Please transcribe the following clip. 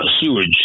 Sewage